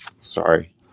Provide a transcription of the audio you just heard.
Sorry